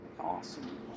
Awesome